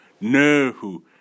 No